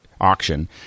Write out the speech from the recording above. auction